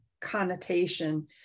connotation